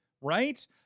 right